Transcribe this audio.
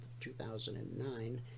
2009